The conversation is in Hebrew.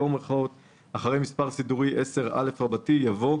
אחרי מס"ד 10א יבוא: